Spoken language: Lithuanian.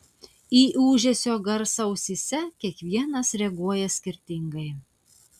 į ūžesio garsą ausyse kiekvienas reaguoja skirtingai